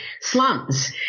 slums